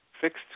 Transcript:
fixed